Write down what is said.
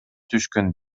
түшкөн